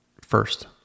first